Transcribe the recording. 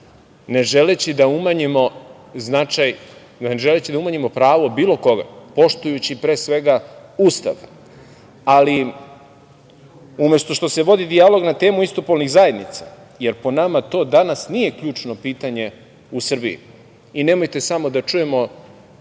ne želeći da umanjimo značaj, pravo bilo koga, poštujući pre svega Ustav, ali umesto što se vodi dijalog na temu istopolnih zajednica, jer po nama to danas nije ključno pitanje u Srbiji i nemojte samo da čujemo